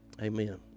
Amen